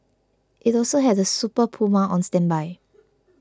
it also had a Super Puma on standby